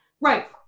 Right